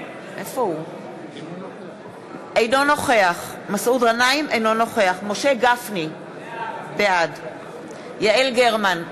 אינו נוכח משה גפני, בעד יעל גרמן,